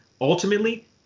Ultimately